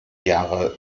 jahre